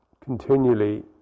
continually